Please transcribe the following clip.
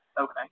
Okay